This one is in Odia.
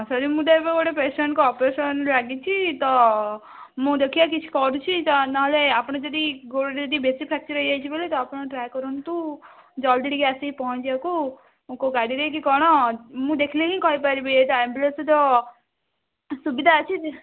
ସରି ମୁଁ ତ ଏବେ ଗୋଟେ ପେସେଣ୍ଟଙ୍କ ଅପରେସନରେ ଲାଗିଛି ତ ମୁଁ ଦେଖିବା କିଛି କରୁଛି ତ ନହେଲେ ଆପଣ ଯଦି ଗୋଡ଼ ଯଦି ବେଶି ଫ୍ରାକ୍ଚର୍ ହେଇ ଯାଇଛି କହିଲେ ତ ଆପଣ ଟ୍ରାଏ କରନ୍ତୁ ଜଲ୍ଦି ଟିକେ ଆସି ପହଞ୍ଚିବାକୁ କେଉଁ ଗାଡ଼ିରେ କି କ'ଣ ମୁଁ ଦେଖିଲେ ହିଁ କହି ପାରିବି ଏଠି ଆମ୍ବୁଲାନ୍ସର ତ ସୁବିଧା ଅଛି